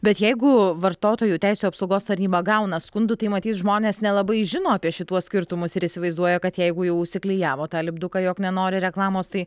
bet jeigu vartotojų teisių apsaugos tarnyba gauna skundų tai matyt žmonės nelabai žino apie šituos skirtumus ir įsivaizduoja kad jeigu jau užsiklijavo tą lipduką jog nenori reklamos tai